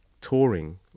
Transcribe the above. touring